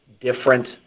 different